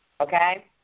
Okay